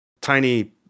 tiny